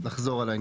נחזור על העניין.